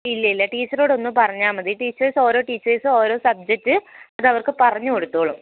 ഇല്ലില്ല ടീച്ചറോട് ഒന്ന് പറഞ്ഞാൽ മതി ടീച്ചേർസ് ഓരോ ടീച്ചേർസ് ഓരോ സബ്ജെക്ട് അതവർക്ക് പറഞ്ഞുകൊടുത്തോളും